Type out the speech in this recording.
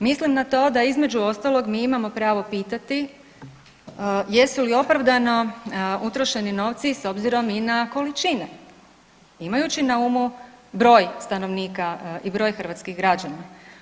Mislim na to da između ostalog, mi imamo pravo pitati jesu li opravdano utrošeni novci s obzirom i na količine, imajući na umu broj stanovnika i broj hrvatskih građana.